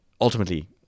ultimately